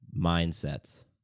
mindsets